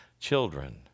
children